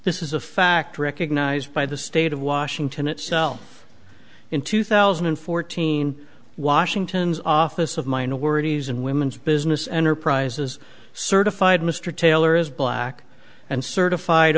this is a fact recognized by the state of washington itself in two thousand and fourteen washington's office of mine the words in women's business enterprises certified mr taylor is black and certified